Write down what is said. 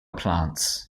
plants